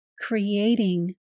creating